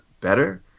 better